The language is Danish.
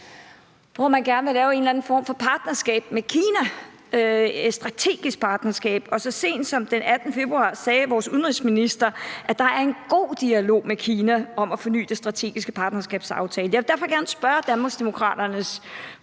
hvor man gerne vil lave en eller anden form for partnerskab med Kina, et strategisk partnerskab. Og så sent som den 18. februar sagde vores udenrigsminister, at der er en god dialog med Kina om at forny den strategiske partnerskabsaftale. Jeg vil derfor gerne spørge Danmarksdemokraternes